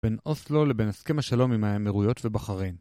בין אוסלו לבין הסכם השלום עם האמירויות ובחריין.